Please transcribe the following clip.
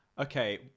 Okay